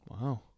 Wow